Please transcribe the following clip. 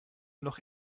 noch